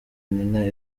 nina